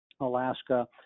Alaska